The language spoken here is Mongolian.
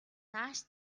нааш